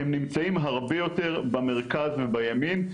הם נמצאים הרבה יותר במרכז מבימין,